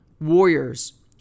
Warriors